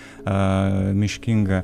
a miškingą